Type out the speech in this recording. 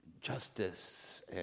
justice